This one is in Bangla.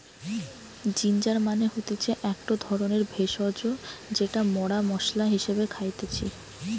জিঞ্জার মানে হতিছে একটো ধরণের ভেষজ যেটা মরা মশলা হিসেবে খাইতেছি